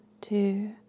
two